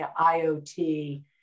IOT